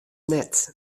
net